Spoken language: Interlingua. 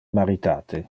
maritate